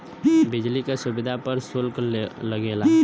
बिजली क सुविधा पर सुल्क लगेला